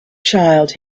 child